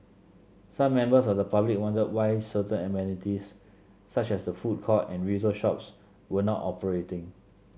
some members of the public wondered why certain amenities such as the food court and retail shops were not operating